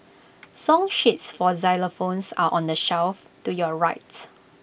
song sheets for xylophones are on the shelf to your rights